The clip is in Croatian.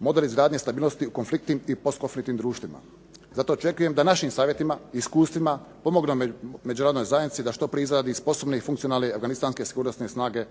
model izgradnje stabilnosti u konfliktnim i postkonflitnim društvima. Zato očekujem da našim savjetima i iskustvima pomognemo međunarodnoj zajednici da što prije izradi sposobne i funkcionalne afganistanske sigurnosne snage